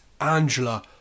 Angela